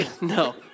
No